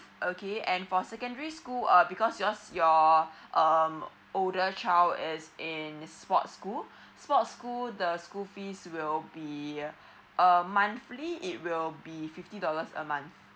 okay and for secondary school err because yours your um older child is in sport school sport school the school fees will be a monthly it will be fifty dollars a month